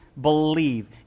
believe